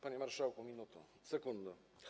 Panie marszałku, minuta, sekunda.